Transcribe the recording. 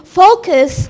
focus